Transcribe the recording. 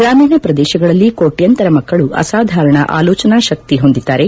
ಗ್ರಾಮೀಣ ಪ್ರದೇಶಗಳಲ್ಲಿ ಕೋಟ್ಯಂತರ ಮಕ್ಕಳು ಅಸಾಧಾರಣ ಆಲೋಚನಾ ಶಕ್ತಿಯನ್ನು ಹೊಂದಿದ್ದಾರೆ